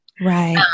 right